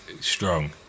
strong